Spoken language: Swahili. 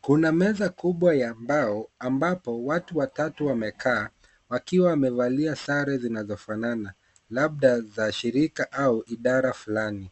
Kuna meza kubwa ya mbao ambapo watu watatu wamekaa wakiwa wamevalia sare zinazofanana labda za shirika au idara fulani.